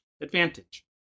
advantage